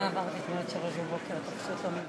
בת מרסל ופליקס סיבוני, מתחייבת כחברת הממשלה